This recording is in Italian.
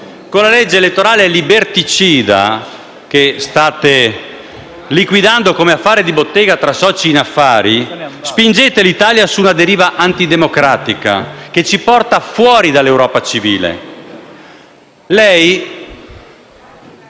con la legge elettorale liberticida, che state liquidando come affare di bottega tra soci in affari, spingete l'Italia su una deriva antidemocratica che ci porta fuori dall'Europa civile.